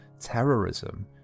terrorism